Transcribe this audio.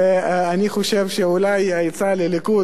ואני חושב שאולי העצה לליכוד,